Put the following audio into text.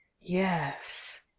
Yes